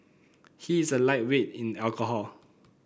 he is a lightweight in alcohol